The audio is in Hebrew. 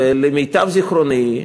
למיטב זיכרוני,